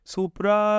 Supra